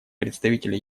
представителя